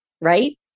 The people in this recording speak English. right